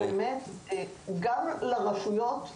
וגם לרשויות,